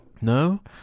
No